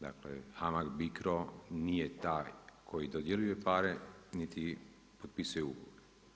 Dakle HAMAG Bicro nije taj koji dodjeljuje pare niti potpisuje ugovore.